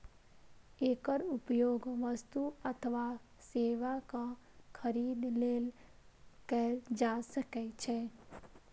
एकर उपयोग वस्तु अथवा सेवाक खरीद लेल कैल जा सकै छै